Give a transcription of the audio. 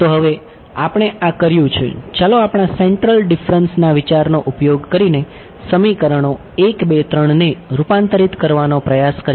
તો હવે આપણે આ કર્યું છે ચાલો આપણા સેંટરલ ના વિચારનો ઉપયોગ કરીને સમીકરણો 1 2 3 ને રૂપાંતરિત કરવાનો પ્રયાસ કરીએ